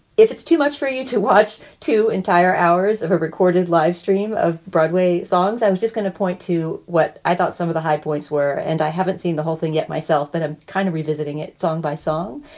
if it's too much for you to watch two entire hours of recorded live stream of broadway songs, i was just going to point to what i thought some of the high points were. and i haven't seen the whole thing yet myself. and i'm but ah kind of revisiting it song by song.